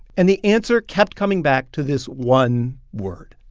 and the answer kept coming back to this one word,